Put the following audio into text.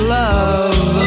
love